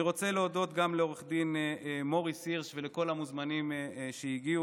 אני רוצה להודות גם לעו"ד מוריס הירש ולכל המוזמנים שהגיעו.